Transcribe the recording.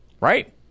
right